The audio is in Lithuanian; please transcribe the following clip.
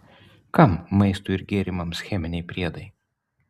kam maistui ir gėrimams cheminiai priedai